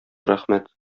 рәхмәт